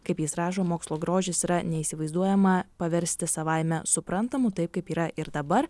kaip jis rašo mokslo grožis yra neįsivaizduojama paversti savaime suprantamu taip kaip yra ir dabar